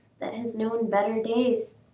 that has known better days.